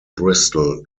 bristol